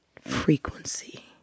frequency